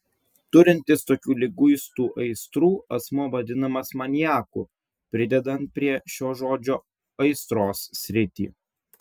turintis tokių liguistų aistrų asmuo vadinamas maniaku pridedant prie šio žodžio aistros sritį